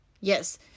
Yes